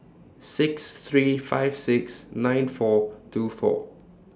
six three five six nine four two four